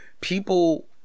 people